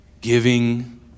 giving